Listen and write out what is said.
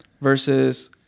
versus